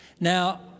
Now